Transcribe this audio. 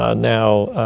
ah now,